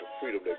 freedom